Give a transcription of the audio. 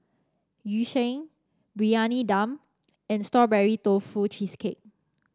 Yu Sheng Briyani Dum and Strawberry Tofu Cheesecake